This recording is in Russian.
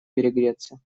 перегреться